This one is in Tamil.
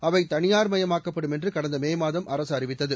அவை தனியார்மயமாக்கப்படும் என்று கடந்த மே மாதம் அரசு அறிவித்தது